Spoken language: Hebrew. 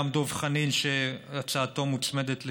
גם דב חנין, שהצעתו מוצמדת לשלי,